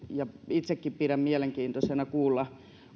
itsekin pidän mielenkiintoisena kuulla